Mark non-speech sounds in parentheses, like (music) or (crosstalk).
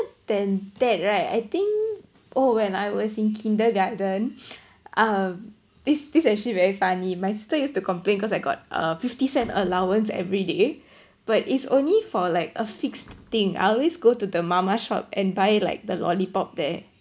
than that right I think oh when I was in kindergarten (noise) um this this actually very funny my sister used to complain cause I got a fifty cent allowance every day but it's only for like a fixed thing I always go to the mama shop and buy like the lollipop there